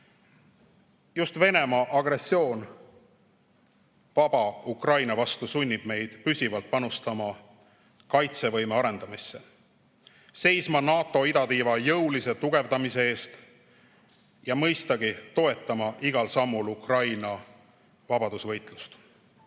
Just Venemaa agressioon vaba Ukraina vastu sunnib meid püsivalt panustama kaitsevõime arendamisse, seisma NATO idatiiva jõulise tugevdamise eest ja mõistagi toetama igal sammul Ukraina vabadusvõitlust. Ma